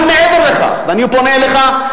אבל מעבר לכך, ואני פונה אליך,